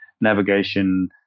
navigation